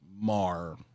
mar